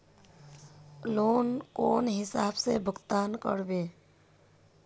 Loan कौन हिसाब से भुगतान करबे?